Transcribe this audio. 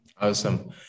Awesome